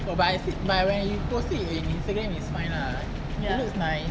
but I see but when you posted in instagram is fine lah it's look nice